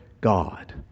God